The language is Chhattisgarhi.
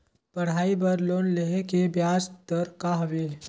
पढ़ाई बर लोन लेहे के ब्याज दर का हवे?